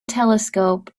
telescope